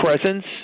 presence